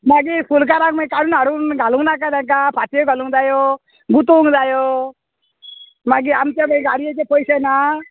मागीर फुलकाराक मागीर काडून हाडून घालूंक नाका ताका फाटी घालूंक जायो गुतूंक जायो मागीर आमचे गाडयेचे पयशे ना